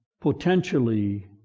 potentially